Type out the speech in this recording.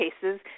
cases